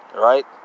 Right